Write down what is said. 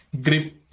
grip